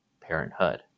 Parenthood